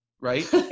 right